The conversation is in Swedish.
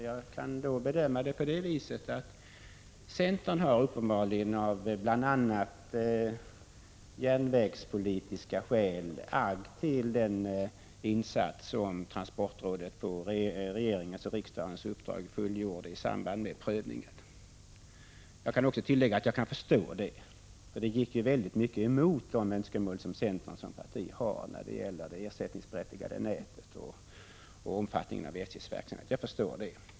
Jag bedömer det på det viset att centern uppenbarligen av bl.a. järnvägspolitiska skäl hyst agg till den insats som transportrådet på regeringens och riksdagens uppdrag fullgjorde i samband med prövningen. Jag kan tillägga att jag kan förstå det, för det hela gick väldigt mycket emot de önskemål som centern som parti har i fråga om det ersättningsberättigade nätet och omfattningen av SJ:s verksamhet.